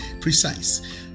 precise